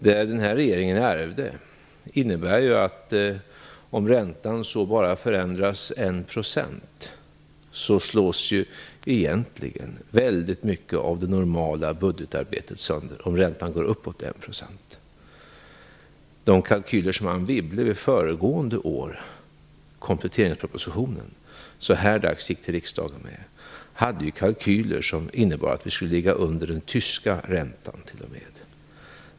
Den situation regeringen ärvde innebär ju att väldigt mycket av det normala budgetarbetet slås sönder om räntan så bara går upp med 1 %. De kalkyler som Anne Wibble så här dags föregående år gick till riksdagen med i kompletteringspropositionen innebar att vi t.o.m. skulle ligga under den tyska räntan.